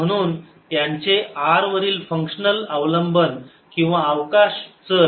आणि म्हणून त्यांचे r वरील फंक्शनल अवलंबन किंवा अवकाश चल हे सारखेच होते